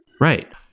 Right